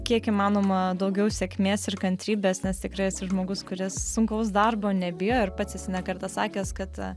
kiek įmanoma daugiau sėkmės ir kantrybės nes tikrai esi žmogus kuris sunkaus darbo nebijo ir pats esi ne kartą sakęs kad